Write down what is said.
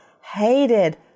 hated